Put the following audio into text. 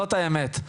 זאת האמת.